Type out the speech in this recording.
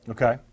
Okay